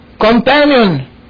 companion